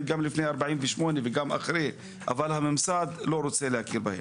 גם לפני 48' וגם אחרי אבל הממסד לא רוצה להכיר בהם.